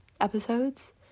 episodes